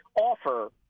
offer